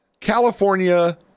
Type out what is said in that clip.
California